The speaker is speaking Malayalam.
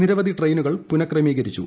നിരവധി ട്രെയിനുകൾ പുനക്രമീകരിച്ചു